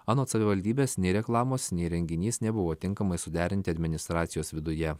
anot savivaldybės nei reklamos nei renginys nebuvo tinkamai suderinti administracijos viduje